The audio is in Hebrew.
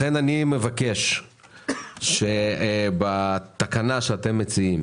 לכן אני מבקש שבתקנה שאתם מציעים